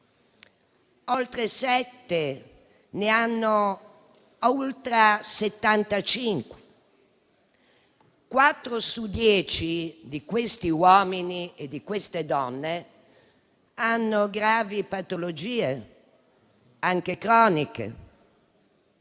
oltre sette milioni ne hanno più di settantacinque; quattro su dieci, di questi uomini e di queste donne, hanno gravi patologie, anche croniche.